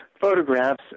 photographs